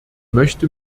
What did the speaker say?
möchte